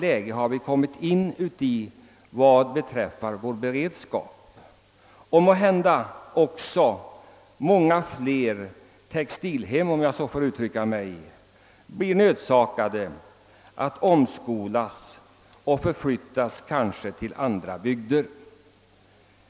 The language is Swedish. Vår beredskapssituation har blivit än allvarligare, och i många fler textilhem, om jag så får uttrycka mig, har man blivit nödsakad att omskolas och kanske flytta till andra bygder.